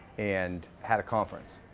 and had a conference.